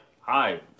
hi